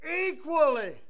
equally